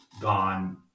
gone